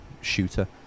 shooter